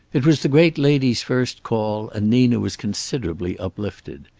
it was the great lady's first call, and nina was considerably uplifted.